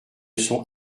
sont